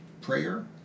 prayer